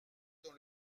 dans